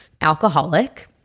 alcoholic